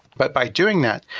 but by doing that,